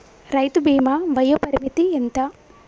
రైతు బీమా వయోపరిమితి ఎంత?